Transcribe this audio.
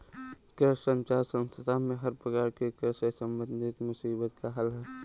कृषि संचार संस्थान में हर प्रकार की कृषि से संबंधित मुसीबत का हल है